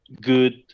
good